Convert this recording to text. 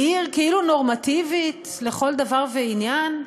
עיר כאילו נורמטיבית לכל דבר ועניין.